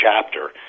chapter